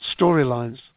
storylines